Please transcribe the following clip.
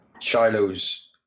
Shiloh's